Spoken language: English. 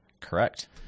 Correct